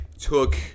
took